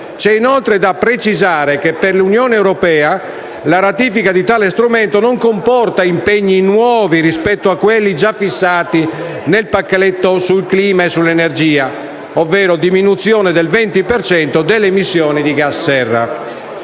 C'è inoltre da precisare che per l'Unione europea la ratifica di tale strumento non comporta impegni nuovi rispetto a quelli già fissati nel pacchetto sul clima e sull'energia (diminuzione del 20 per cento delle emissioni di gas-serra).